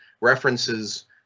references